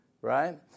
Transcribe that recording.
right